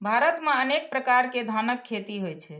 भारत मे अनेक प्रकार के धानक खेती होइ छै